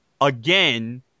again